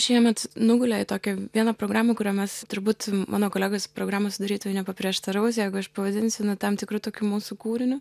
šiemet nugulė į tokią vieną programą kurią mes turbūt mano kolegos programos sudarytojai nepaprieštaraus jeigu aš pavadinsiu na tam tikru tokiu mūsų kūriniu